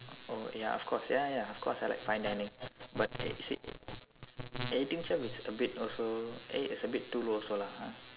oh ya of course ya ya ya of course I like fine dining but eh you see eighteen chefs is a bit also eh is a bit too low also lah !huh!